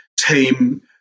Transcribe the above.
team